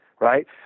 right